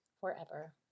forever